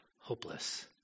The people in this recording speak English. hopeless